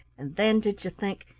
and then did you think,